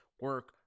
Work